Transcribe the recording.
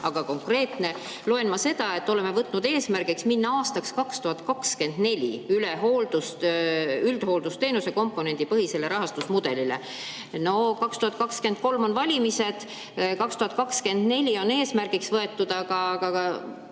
aga konkreetne, loen ma seda, et oleme võtnud eesmärgiks minna aastaks 2024 üle üldhooldusteenuse komponendipõhisele rahastamismudelile. No 2023 on valimised, 2024 on eesmärgiks võetud.